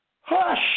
Hush